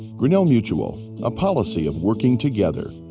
grinnell mutual a policy of working together.